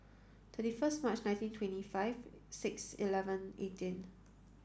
thirty first March nineteen twenty five six eleven eighteen